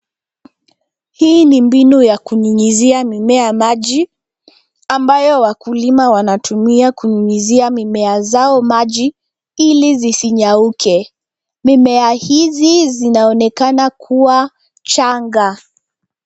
Hii ni mbinu ya kunyunyuzia mimea maji, ambayo wakulima wanatumia kunyunyuzia mimea zao maji ili zisinyauke. Mimea hizi zinaonekana kuwa changa.